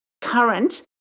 current